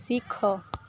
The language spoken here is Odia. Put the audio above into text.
ଶିଖ